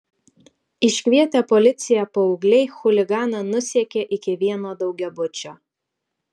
iškvietę policiją paaugliai chuliganą nusekė iki vieno daugiabučio